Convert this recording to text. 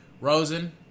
Rosen